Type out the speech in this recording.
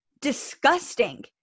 Disgusting